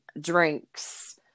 drinks